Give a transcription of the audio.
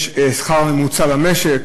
יש השכר הממוצע במשק,